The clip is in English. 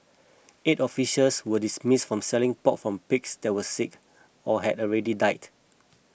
eight officials were dismissed from selling pork from pigs that were sick or had already died